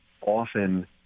often